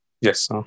yes